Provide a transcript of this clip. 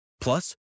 Plus